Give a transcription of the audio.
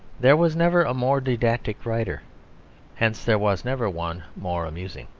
there was never a more didactic writer hence there was never one more amusing.